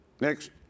Next